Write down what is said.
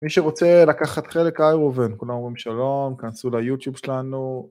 מי שרוצה לקחת חלק, היי ראובן, כולם רואים שלום, כנסו ליוטיוב שלנו.